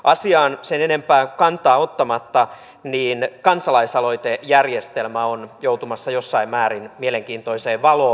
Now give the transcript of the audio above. asiaan sen enempää kantaa ottamatta kansalaisaloitejärjestelmä on joutumassa jossain määrin mielenkiintoiseen valoon